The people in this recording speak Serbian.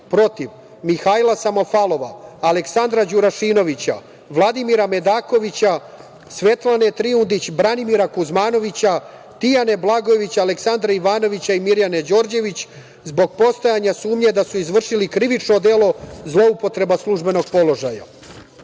protiv Mihajla Samofalova, Aleksandra Đurašinovića, Vladimira Medakovića, Svetlane Trinudić, Branimira Kuzmanovića, Tijane Blagojević, Aleksandra Ivanovića i Mirjane Đorđević zbog postojanja sumnje da su izvršili krivično delo – zloupotreba službenog položaja. Samo